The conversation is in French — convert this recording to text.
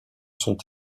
sont